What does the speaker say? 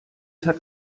hat